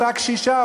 אותה קשישה,